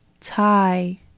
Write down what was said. tie